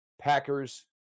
Packers